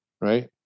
right